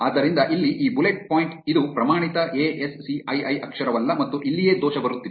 ಆದ್ದರಿಂದ ಇಲ್ಲಿ ಈ ಬುಲೆಟ್ ಪಾಯಿಂಟ್ ಇದು ಪ್ರಮಾಣಿತ A S C I I ಅಕ್ಷರವಲ್ಲ ಮತ್ತು ಇಲ್ಲಿಯೇ ದೋಷ ಬರುತ್ತಿದೆ